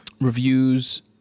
reviews